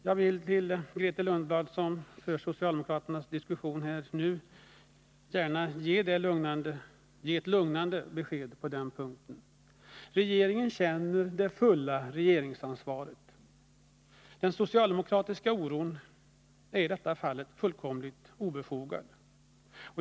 Jag vill till Grethe Lundblad, som för socialdemokraternas talan, just nu gärna ge ett lugnande besked på den punkten. Regeringen känner det fulla regeringsansvaret. Den socialdemokratiska oron är i detta fall fullkomligt obefogad.